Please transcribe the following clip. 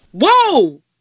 Whoa